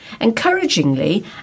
Encouragingly